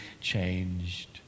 changed